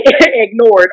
ignored